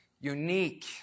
unique